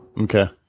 Okay